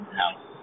house